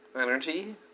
Energy